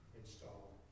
installed